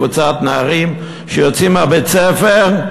קבוצת נערים שיוצאים מבית-הספר,